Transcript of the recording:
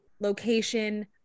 location